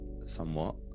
somewhat